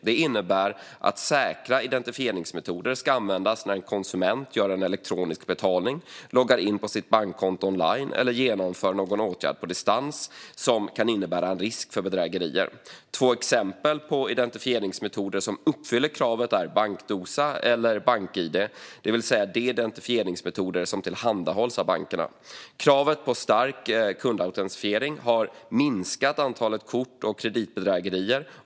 Detta innebär att säkra identifieringsmetoder ska användas när en konsument gör en elektronisk betalning, loggar in på sitt betalkonto online eller genomför någon åtgärd på distans som kan innebära en risk för bedrägerier. Två exempel på identifieringsmetoder som uppfyller kravet är bankdosa eller bank-id, det vill säga de identifieringsmetoder som tillhandahålls av bankerna. Kravet på stark kundautentisering har minskat antalet kort och kreditbedrägerier.